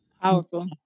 Powerful